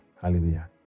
Hallelujah